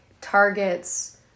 targets